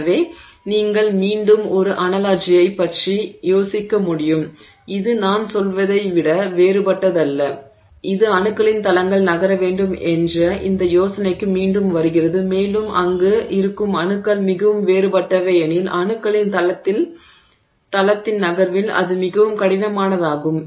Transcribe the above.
எனவே நீங்கள் மீண்டும் ஒரு அனாலஜியைப் பற்றி யோசிக்க முடியும் இது நான் சொல்வதை விட வேறுபட்டதல்ல இது அணுக்களின் தளங்கள் நகர வேண்டும் என்ற இந்த யோசனைக்கு மீண்டும் வருகிறது மேலும் அங்கு இருக்கும் அணுக்கள் மிகவும் வேறுபட்டவை எனில் அணுக்களின் தளத்தின் நகர்வில் அது மிக கடினமானதாகும்